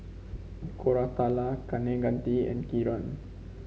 Koratala Kaneganti and Kiran